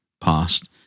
past